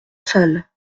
salle